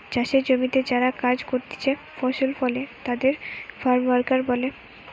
চাষের জমিতে যারা কাজ করতিছে ফসল ফলে তাদের ফার্ম ওয়ার্কার বলে